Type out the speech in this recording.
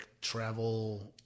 travel